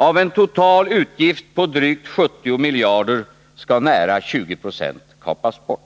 Av en total utgift på drygt 70 miljarder skall nära 20 20 kapas bort.